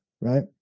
right